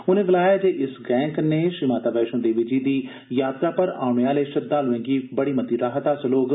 उनें गलाया जे इस गैऽ कन्नै श्री माता वैष्णो देवी जी दी यात्रा पर औने आह्ले श्रद्वालुएं गी बड़ी मती राह्त हासिल होग